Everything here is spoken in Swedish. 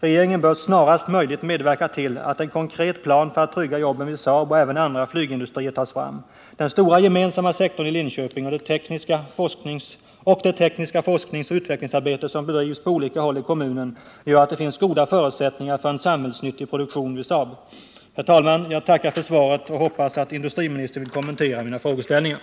Regeringen bör snarast möjligt medverka till att en konkret plan för att trygga jobben vid Saab och även vid andra flygindustrier tas fram. Den stora gemensamma sektorn i Linköping och det tekniska forskningsoch utvecklingsarbete som bedrivs på olika håll i kommunen gör att det finns goda förutsättningar för en samhällsnyttig produktion vid Saab. Jag tackar för svaret och hoppas att industriministern vill kommentera mina frågeställningar.